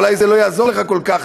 אולי זה לא יעזור לך כל כך,